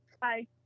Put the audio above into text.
Bye